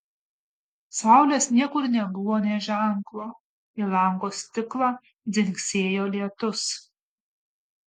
saulės niekur nebuvo nė ženklo į lango stiklą dzingsėjo lietus